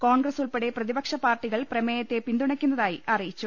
കോൺഗ്രസ് ഉൾപ്പെടെ പ്രതി പക്ഷ പാർട്ടികൾ പ്രമേയത്തെ പിന്തുണക്കുന്നതായി അറിയിച്ചു